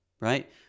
Right